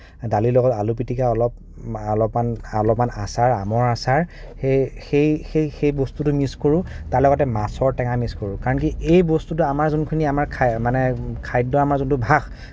দালিৰ লগত আলু পিতিকা অলপ অলপমান অলপমান আচাৰ আমৰ আচাৰ সেই সেই সেই সেই বস্তুটো মিছ কৰোঁ তাৰ লগতে মাছৰ টেঙা মিছ কৰোঁ কাৰণ কি এই বস্তুটো আমাৰ যোনখিনি আমাৰ মানে খাদ্যৰ আমাৰ যোনটো ভাস